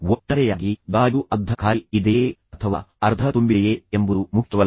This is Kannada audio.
ಒಟ್ಟಾರೆಯಾಗಿ ಗಾಜು ಅರ್ಧ ಖಾಲಿ ಇದೆಯೇ ಅಥವಾ ಅರ್ಧ ತುಂಬಿದೆಯೇ ಎಂಬುದು ಮುಖ್ಯವಲ್ಲ